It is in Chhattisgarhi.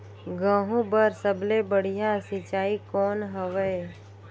गहूं बर सबले बढ़िया सिंचाई कौन हवय?